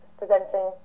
presenting